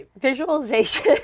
Visualization